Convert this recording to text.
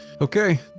Okay